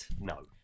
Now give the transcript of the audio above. no